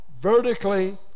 vertically